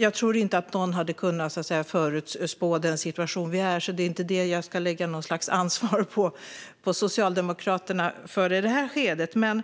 Jag tror inte att någon hade kunnat förutspå den situation som vi är i, så jag ska inte lägga något slags ansvar på Socialdemokraterna i det här skedet. Men